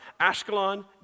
Ashkelon